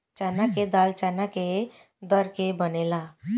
चना के दाल चना के दर के बनेला